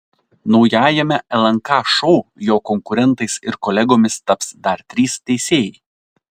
naujajame lnk šou jo konkurentais ir kolegomis taps dar trys teisėjai